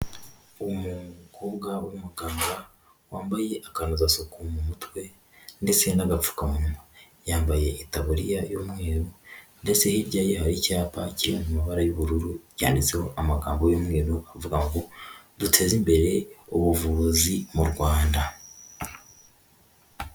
Uwo mukobwa w'umuganga wambaye akanozasuku mu mutwe ndetse nagapfukamu, yambaye taburiya y'umweru ndetse hirya hari y'icyapaki mu amabara y'ubururu yanditseho amagambo y'umweru avuga ngo duteze imbere ubuvuzi mu Rwanda.